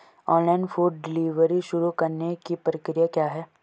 Online food delivery शुरू करने की प्रक्रिया क्या है?